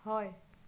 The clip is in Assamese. হয়